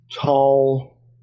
tall